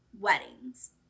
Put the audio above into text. weddings